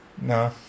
No